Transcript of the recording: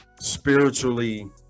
spiritually